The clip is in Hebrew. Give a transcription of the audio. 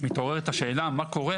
מתעוררת השאלה מה קורה